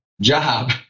job